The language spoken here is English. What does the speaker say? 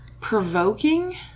Provoking